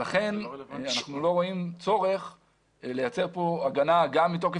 לכן אנחנו לא רואים צורך לייצר כאן הגנה גם מתוקף